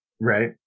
right